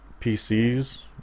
PCs